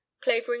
Clavering